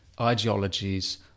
ideologies